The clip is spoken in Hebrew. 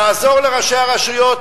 תעזור לראשי הרשויות,